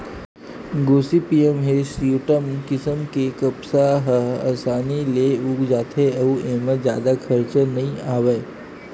Gossypium hirsutum किसम के कपसा ह असानी ले उग जाथे अउ एमा जादा खरचा नइ आवय